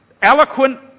Eloquent